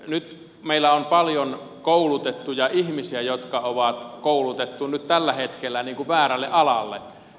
nyt meillä on paljon koulutettuja ihmisiä jotka on koulutettu nyt tällä hetkellä väärälle alalle